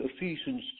Ephesians